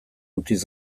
utziz